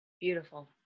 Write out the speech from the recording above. beautiful